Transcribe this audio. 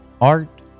Art